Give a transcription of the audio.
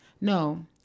No